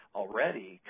already